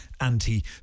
anti